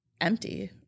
empty